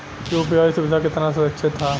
UPI सुविधा केतना सुरक्षित ह?